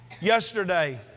Yesterday